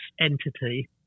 entity